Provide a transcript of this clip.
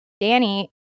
Danny